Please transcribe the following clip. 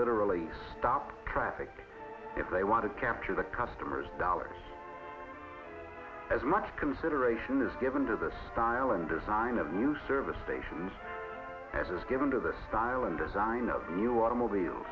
literally stop traffic if they want to capture the customer's dollars as much consideration is given to the style and design of new service stations as is given to the style and design of new automobile